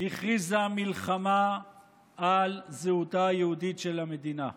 הכריזה מלחמה על זהותה היהודית של המדינה.